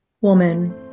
woman